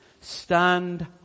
stand